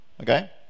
Okay